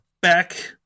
back